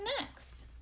next